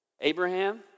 Abraham